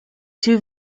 two